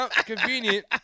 convenient